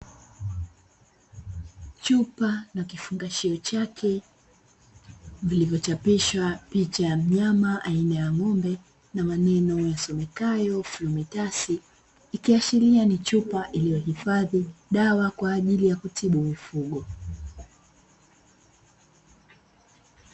Chupa na kifungashio chake vilivyochapishwa picha na maneno yasomekayo flumitasi, ikiashiria ni chupa iliyohifadhi dawa kwa ajili ya kutibu mifugo.